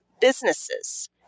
businesses